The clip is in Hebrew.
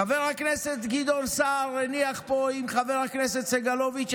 חבר הכנסת גדעון סער הניח פה עם חבר הכנסת סגלוביץ',